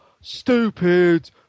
stupid